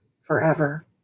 forever